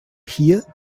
hier